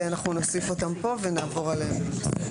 אנחנו נוסיף אותם פה ונעבור עליהם ---.